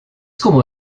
como